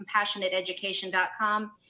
compassionateeducation.com